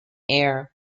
air